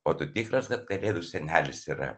o tu tikras kad kalėdų senelis yra